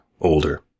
older